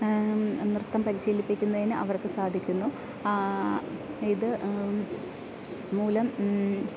നൃത്തം പരിശീലിപ്പിക്കുന്നതിന് അവർക്ക് സാധിക്കുന്നു ഇത് മൂലം